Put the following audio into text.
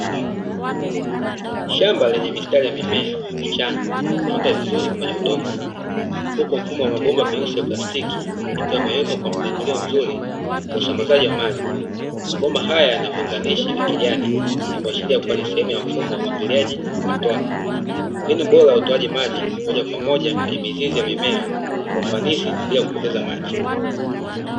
Shamba lenye mistari ya mimea michanga, imeota vizuri kwenye udongo, huku mfumo wa mabomba meusi ya plasitiki, ikiwa imewekwa kwa mpangilio mzuri wa usambazaji wa maji. Mabomba haya yanaviunganishi vya kijani vinavyoashiria kuwa ni sehemu ya mfumo wa umwagiliaji wa matone, mbinu bora ya utoaji maji, moja kwa moja kwenye mizizi ya mimea kwa ufanisi na bila kupoteza maji.